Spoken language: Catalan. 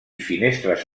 finestres